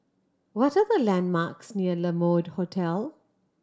what the landmarks near La Mode Hotel